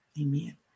Amen